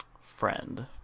friend